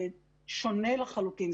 זה שונה לחלוטין.